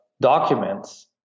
documents